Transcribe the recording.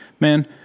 man